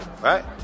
right